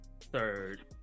third